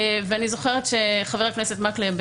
אני זוכרת שחבר הכנסת מקלב,